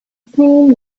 team